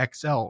XL